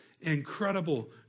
incredible